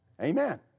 Amen